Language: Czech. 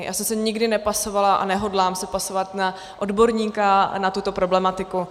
Já jsem se nikdy nepasovala a nehodlám se pasovat na odborníka na tuto problematiku.